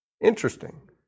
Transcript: Interesting